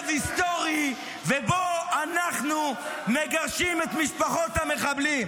היסטורי ובו אנחנו מגרשים את משפחות המחבלים.